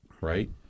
right